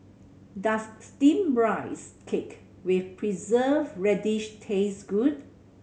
does Steamed Rice Cake with Preserved Radish taste good